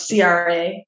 CRA